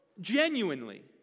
Genuinely